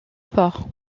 port